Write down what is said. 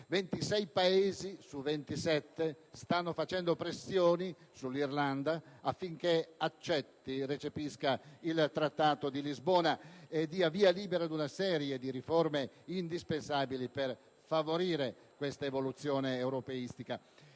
su ventisette stanno facendo pressioni sull'Irlanda affinché accetti e recepisca il Trattato di Lisbona e dia via libera ad una serie di riforme indispensabili per favorire questa evoluzione europeistica.